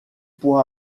pour